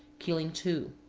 killing two.